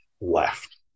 left